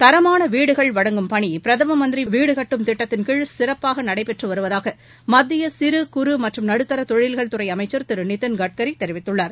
தரமான வீடுகள் வழங்கும் பணி பிரதம மந்திரி வீடு கட்டும் திட்டத்தின் கீழ் சிறப்பாக நடைபெற்று வருவதாக மத்திய சிறு குறு மற்றும் நடுத்தர தொழில்கள் துறை அமைச்சள் திரு நிதின் கட்கி தெரிவித்துள்ளார்